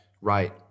Right